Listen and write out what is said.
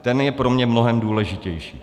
Ten je pro mě mnohem důležitější.